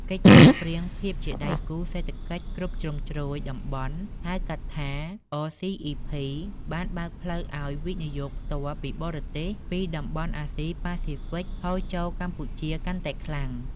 កិច្ចព្រមព្រៀងភាពជាដៃគូសេដ្ឋកិច្ចគ្រប់ជ្រុងជ្រោយតំបន់ ហៅកាត់ថា RCEP បានបើកផ្លូវឱ្យ វិនិយោគផ្ទាល់ពីបរទេស ពីតំបន់អាស៊ីប៉ាស៊ីហ្វិកហូរចូលកម្ពុជាកាន់តែខ្លាំង។